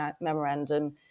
memorandum